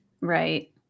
Right